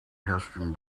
heston